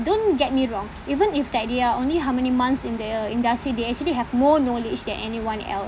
don't get me wrong even if that they are only how many months in the industry they actually have more knowledge than anyone else